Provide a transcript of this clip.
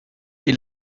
est